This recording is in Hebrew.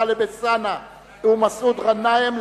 טלב אלסאנע ומסעוד גנאים,